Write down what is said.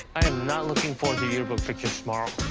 i am not looking forward to yearbook pictures tomorrow.